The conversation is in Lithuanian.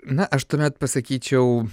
na aš tuomet pasakyčiau